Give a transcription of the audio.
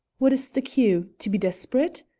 what is the cue? to be desperate?